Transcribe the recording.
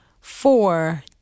Four